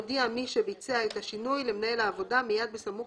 יודיע מי שביצע את השינוי למנהל העבודה מיד בסמוך